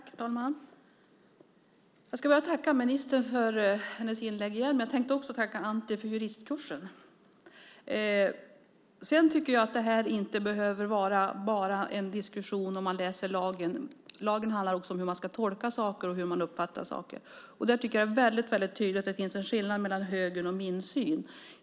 Herr talman! Jag tackar ministern för hennes inlägg. Jag tackar också Anti för juristkursen. Detta behöver inte vara bara en diskussion om att läsa lagen. Lagen handlar också om hur man ska tolka saker och hur man uppfattar saker. Det är mycket tydligt att det finns en skillnad mellan högerns och min syn.